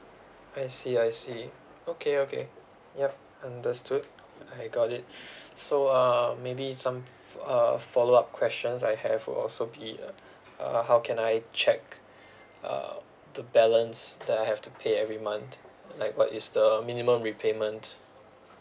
I see I see okay okay yup understood I got it so uh maybe some uh follow up questions I have would also be uh how can I check uh the balance that I have to pay every month like what is the minimum repayment